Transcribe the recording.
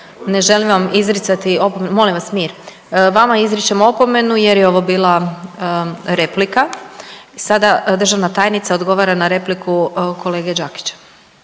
Ne želim vam izricati opomenu. Molim vas mir. Vama izričem opomenu, jer je ovo bila replika. I sada državna tajnica odgovara na repliku kolege Đakića.